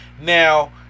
Now